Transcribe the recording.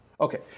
Okay